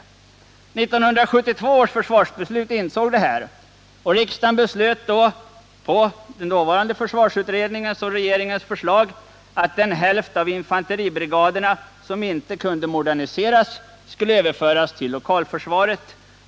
Vid fattandet av 1972 års försvarsbeslut insåg man detta, och riksdagen beslöt då på den dåvarande försvarsutredningens och regeringens förslag att den hälft av infanteribrigaderna som inte kunde moderniseras skulle överföras till lokalförsvaret.